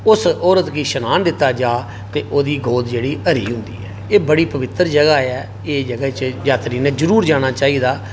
उस औरत गी शनान दित्ता जा उसदी गोद जेहड़ी हरी होंदी ऐ बड़ी पवित्र जगह ऐ एह् जगह च यात्री ने जरुर जाना चाहिदा